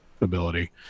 ability